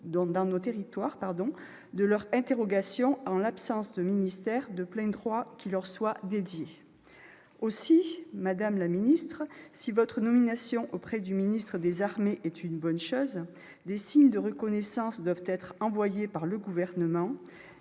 dans nos territoires, de leurs interrogations en l'absence d'un ministère de plein droit qui leur soit dédié. Aussi, madame la secrétaire d'État, si votre nomination auprès du ministre des armées est une bonne chose, des signes de reconnaissance doivent être envoyés par le Gouvernement